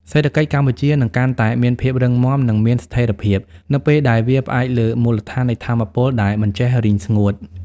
សេដ្ឋកិច្ចកម្ពុជានឹងកាន់តែមានភាពរឹងមាំ និងមានស្ថិរភាព នៅពេលដែលវាផ្អែកលើមូលដ្ឋាននៃថាមពលដែលមិនចេះរីងស្ងួត។